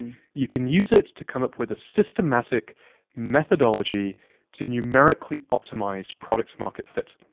you can use it to come up with a systematic methodology to numerically optimize product market fit,